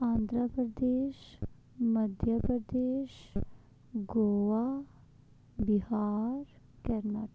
Andhra Pradesh Madhya Pradesh Goa Bihar Karnataka